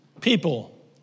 people